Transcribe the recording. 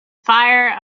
fire